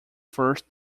first